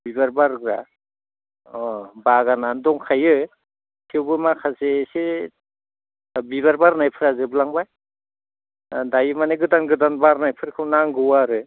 बिबार बारग्रा अ बागानआ दंखायो थेवबो माखासे एसे बिबार बारनायफोरा जोबलांबाय दायो माने गोदान गोदान बारनायफोरखौ नांगौ आरो